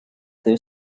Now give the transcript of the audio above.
the